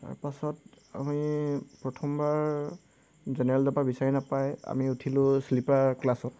তাৰপাছত আমি প্ৰথমবাৰ জেনেৰেল ডবা বিচাৰি নাপায় আমি উঠিলোঁ শ্লীপাৰ ক্লাছত